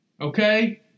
okay